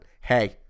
hey